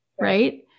right